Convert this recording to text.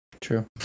True